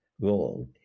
role